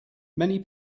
many